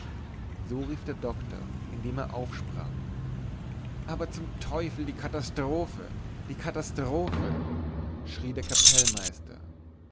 so rief der doktor indem er aufsprang aber zum teufel die katastrophe die katastrophe schrie der kapellmeister